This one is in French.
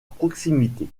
proximité